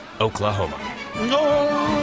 Oklahoma